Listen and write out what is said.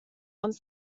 uns